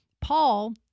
Paul